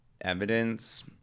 evidence